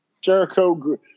Jericho